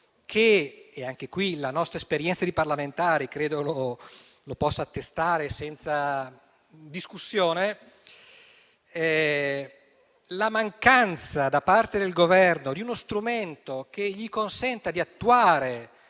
questo caso la nostra esperienza di parlamentari credo lo possa attestare senza discussione). Mi riferisco alla mancanza da parte del Governo di uno strumento che gli consenta di attuare